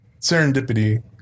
serendipity